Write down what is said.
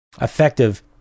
effective